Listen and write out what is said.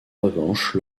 revanche